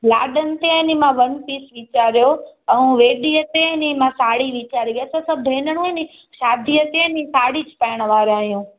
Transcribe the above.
लाॾनि ते आहे नी मां वन पीस वीचारियो ऐं वेडीअ ते आहे नी मां साड़ी वीचारी आहे त सभु भेनरूं आहिनि शादीअ ते आहे नी साड़ी ज पाएण वारा आहियूं